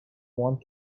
want